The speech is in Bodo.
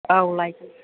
औ लायगोन